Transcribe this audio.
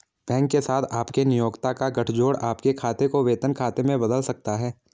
bank के साथ आपके नियोक्ता का गठजोड़ आपके खाते को वेतन खाते में बदल सकता है